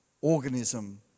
organism